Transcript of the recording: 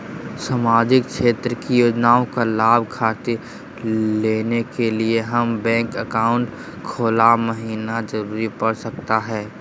सामाजिक क्षेत्र की योजनाओं के लाभ खातिर लेने के लिए हमें बैंक अकाउंट खोला महिना जरूरी पड़ सकता है?